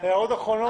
הערות אחרונות?